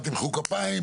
פעם תמחאו לי כפיים,